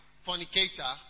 fornicator